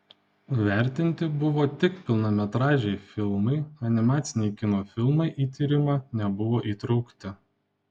vertinti buvo tik pilnametražiai filmai animaciniai kino filmai į tyrimą nebuvo įtraukti